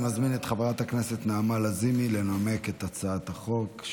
אני מזמין את חברת הכנסת נעמה לזימי לנמק את הצעת החוק.